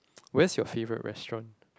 where's your favourite restaurant